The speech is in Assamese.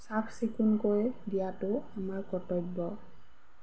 চাফ চিকুণকৈ দিয়াটো আমাৰ কৰ্তব্য